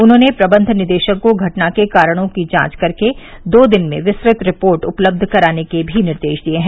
उन्होंने प्रबंध निदेशक को घटना के कारणों की जांच कर दो दिन में विस्तृत रिपोर्ट उपलब्ध कराने के भी निर्देश दिये हैं